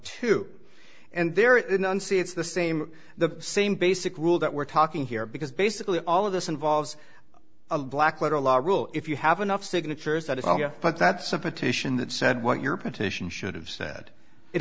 two and there are none see it's the same the same basic rule that we're talking here because basically all of this involves a black letter law rule if you have enough signatures that is but that's a petition that said what your petition should have said it